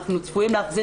אנחנו צפויים,